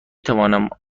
توانم